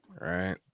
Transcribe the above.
right